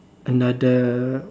another